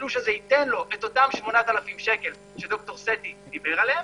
התלוש הזה ייתן לו את אותם 8,000 שקל שד"ר סטי דיבר עליהם,